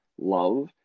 love